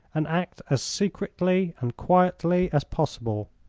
and act as secretly and quietly as possible.